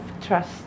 trust